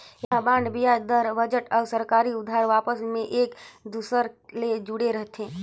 ऐम्हें बांड बियाज दर, बजट अउ सरकारी उधार आपस मे एक दूसर ले जुड़े रथे